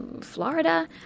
Florida